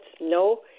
no